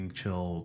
chill